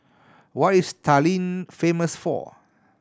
what is Tallinn famous for